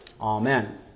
Amen